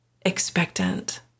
expectant